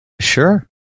Sure